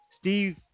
Steve